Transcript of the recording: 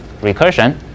recursion